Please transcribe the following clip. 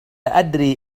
أدري